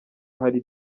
hari